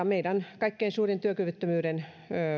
meidän kaikkein suurin työkyvyttömyyden